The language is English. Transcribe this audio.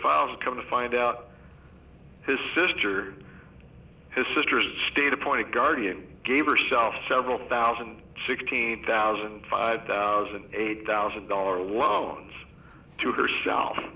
files come to find out his sister his sister state appointed guardian gave yourself several thousand sixteen thousand five thousand eight thousand dollars loans to herself